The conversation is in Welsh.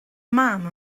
mam